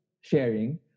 sharing